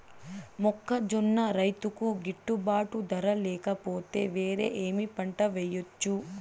మొక్కజొన్న రైతుకు గిట్టుబాటు ధర లేక పోతే, వేరే ఏమి పంట వెయ్యొచ్చు?